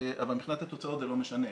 אבל מבחינת התוצאות זה לא משנה.